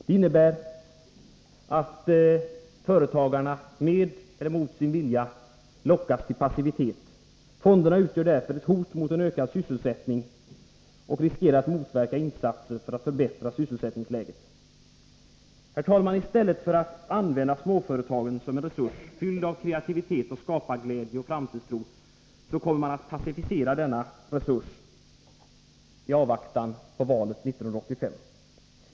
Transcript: Det innebär att företagarna med eller mot sin vilja lockas till passivitet. Fonderna utgör därför ett hot mot ökad sysselsättning och riskerar att motverka insatser för att förbättra sysselsättningsläget. I stället för att använda småföretagen som en resurs, fylld av kreativitet, skaparglädje och framtidstro, kommer man att passivisera denna resurs i avvaktan på valet 1985.